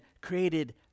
created